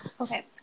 Okay